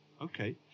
Okay